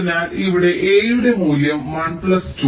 അതിനാൽ ഇവിടെ A യുടെ മൂല്യം 1 പ്ലസ് 2